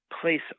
place